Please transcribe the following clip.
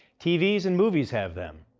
tv and movies have them.